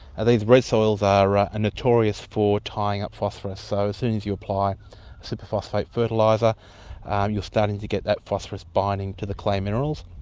and these red soils ah are ah notorious for tying up phosphorus, so as soon as you apply superphosphate fertiliser um you are starting to get that phosphorus binding to the clay minerals.